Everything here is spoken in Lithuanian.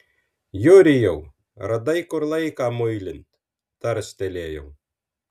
jurijau radai kur laiką muilint tarstelėjau